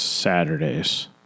Saturdays